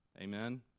Amen